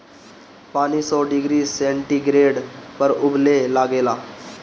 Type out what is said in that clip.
पानी सौ degree centigrade पर उबले लागेला